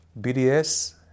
BDS